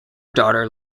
daughter